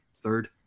third